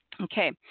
okay